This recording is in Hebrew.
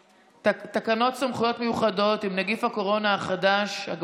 תקנות סמכויות מיוחדות להתמודדות עם נגיף הקורונה החדש (הוראת